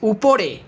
উপরে